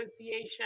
Association